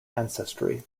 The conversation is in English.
ancestry